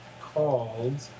called